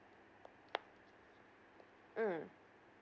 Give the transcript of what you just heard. mm